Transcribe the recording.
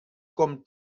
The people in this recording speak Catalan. com